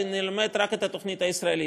ונלמד רק את התוכנית הישראלית,